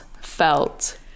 felt